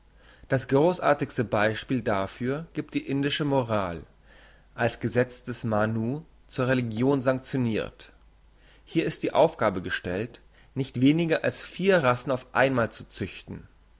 das grossartigste beispiel dafür giebt die indische moral als gesetz des manu zur religion sanktionirt hier ist die aufgabe gestellt nicht weniger als vier rassen auf einmal zu züchten